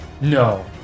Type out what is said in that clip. No